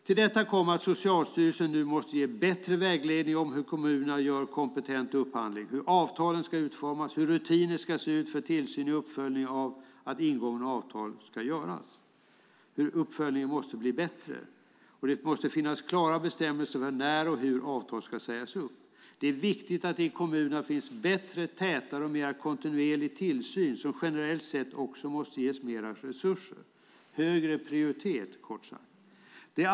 Till detta kommer att Socialstyrelsen nu måste ge en bättre vägledning om hur kommunerna gör en kompetent upphandling, om hur avtalen ska utformas och om hur rutiner ska se ut för tillsyn och för uppföljning av ingångna avtal - om hur uppföljningen måste bli bättre. Det måste finnas klara bestämmelser om när och hur avtal ska sägas upp. Det är viktigt att det i kommunerna finns en bättre, tätare och mer kontinuerlig tillsyn, något som generellt sett också måste ges mer resurser - alltså högre prioritet, kort uttryckt.